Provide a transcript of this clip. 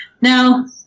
Now